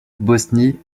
bosnie